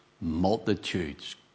multitudes